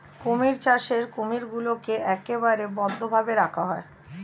কুমির চাষে কুমিরগুলোকে একেবারে বদ্ধ ভাবে রাখা হয়